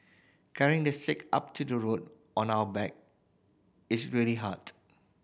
carrying the sick up to the road on our back is really hard